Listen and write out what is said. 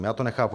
Já to nechápu.